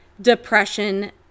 depression